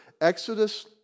Exodus